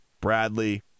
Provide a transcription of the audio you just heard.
Bradley